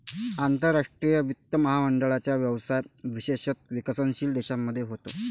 आंतरराष्ट्रीय वित्त महामंडळाचा व्यवसाय विशेषतः विकसनशील देशांमध्ये होतो